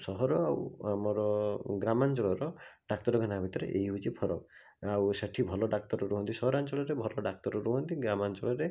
ସହର ଆମର ଗ୍ରାମାଞ୍ଚଳର ଡ଼ାକ୍ତରଖାନା ଭିତରେ ଏଇ ହେଉଛି ଫରକ ଆଉ ସେଠି ଭଲ ଡ଼ାକ୍ତର ରୁହନ୍ତି ସହରାଞ୍ଚଳରେ ଭଲ ଡ଼କ୍ଟର୍ ରୁହନ୍ତି ଗ୍ରାମାଞ୍ଚଳରେ